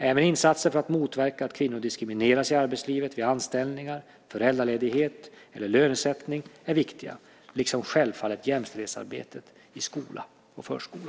Även insatser för att motverka att kvinnor diskrimineras i arbetslivet vid anställningar, föräldraledighet eller lönesättning är viktiga liksom självfallet jämställdhetsarbetet i skola och förskola.